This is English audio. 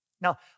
Now